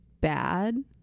bad